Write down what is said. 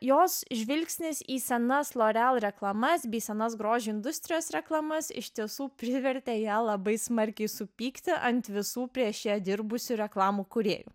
jos žvilgsnis į senas loreal reklamas bei senas grožio industrijos reklamas iš tiesų privertė ją labai smarkiai supykti ant visų prieš ją dirbusių reklamų kūrėjų